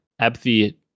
Apathy